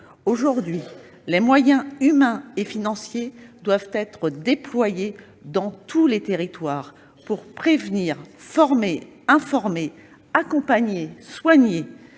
Aujourd'hui, les moyens humains et financiers doivent être déployés dans tous les territoires pour prévenir, former, informer, accompagner et soigner.